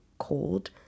cold